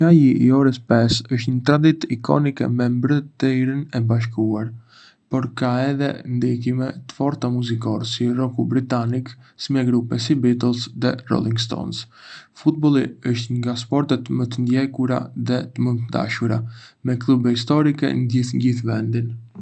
Çaji i orës pesë është një traditë ikonike në Mbretërinë e Bashkuar, por ka edhe ndikime të forta muzikore, si rocku britanik me grupe si Beatles dhe Rolling Stones. Futbolli është një nga sportet më të ndjekura dhe më të dashura, me klube historike në të gjithë vendin.